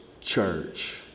church